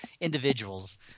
individuals